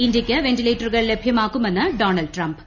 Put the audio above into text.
ഇന്ത്യയ്ക്ക് വെന്റിലേറ്ററുകൾ ലഭ്യമാക്കുമെന്ന് ഡോണൾഡ് ട്രംപ്